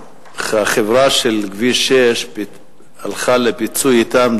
החברה של כביש 6 הלכה לפיצוי אתם,